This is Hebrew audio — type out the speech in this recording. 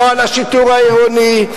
לא על השיטור העירוני,